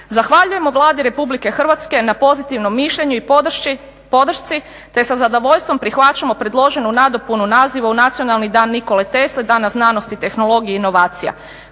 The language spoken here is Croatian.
Zahvaljujemo Vladi RH na pozitivnom mišljenju i podršci te sa zadovoljstvom prihvaćamo predloženu nadopunu naziva u Nacionalni dan Nikole Tesle – dana znanosti, tehnologije i inovacija.